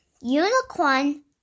Unicorn